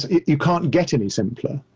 you can't get any simpler